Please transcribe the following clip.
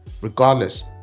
regardless